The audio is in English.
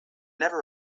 never